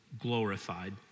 glorified